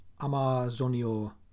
amazonio